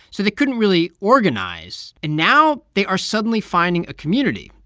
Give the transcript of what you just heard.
so they couldn't really organize. and now they are suddenly finding a community,